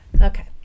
Okay